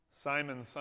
Simon